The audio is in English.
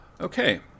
Okay